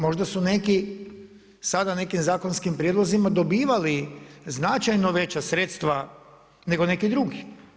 Možda su neki, sada nekim zakonskim prijedlozima dobivali značajno veća sredstva nego neki drugi.